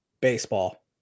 baseball